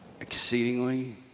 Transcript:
Exceedingly